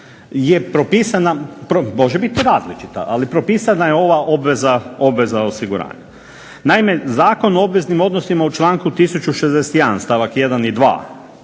je propisana, može biti različita, ali propisana je ova obveza osiguranja. Naime Zakon o obveznim odnosima u članku 1061. stavak 1. i 2.